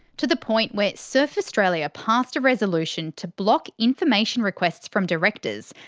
to the point where surf australia passed a resolution to block information requests from directors,